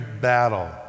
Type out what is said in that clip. battle